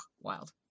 wild